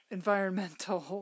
environmental